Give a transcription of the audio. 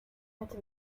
wette